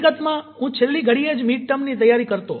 હકીકતમાં હું છેલ્લી ઘડીએ જ મીડ ટર્મની તૈયારી કરતો